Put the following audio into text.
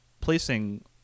placing